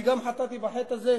גם אני חטאתי בחטא הזה.